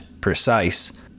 precise